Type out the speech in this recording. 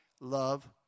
love